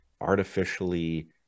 artificially